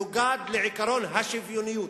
מנוגד לעקרון השוויוניות.